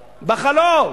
בחלום.